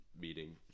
meeting